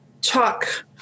chalk